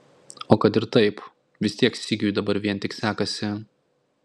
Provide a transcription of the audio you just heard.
o kad ir taip vis tiek sigiui dabar vien tik sekasi